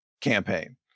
campaign